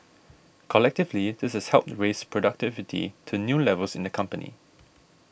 collectively this has helped raise productivity to new levels in the company